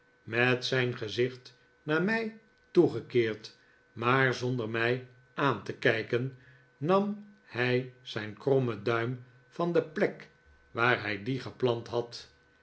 met zijn gezicht naar mij toegekeerd maar zonder mij aan te kijken nam hij zijn krommen duim van de plek waar hij dien geplant had